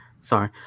sorry